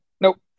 Nope